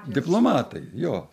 diplomatai jo